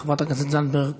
חברת הכנסת זנדברג